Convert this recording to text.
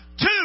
two